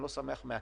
אני לא שמח מהקצב.